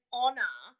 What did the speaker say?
honor